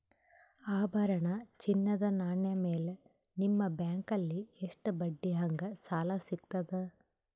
ಆಭರಣ, ಚಿನ್ನದ ನಾಣ್ಯ ಮೇಲ್ ನಿಮ್ಮ ಬ್ಯಾಂಕಲ್ಲಿ ಎಷ್ಟ ಬಡ್ಡಿ ಹಂಗ ಸಾಲ ಸಿಗತದ?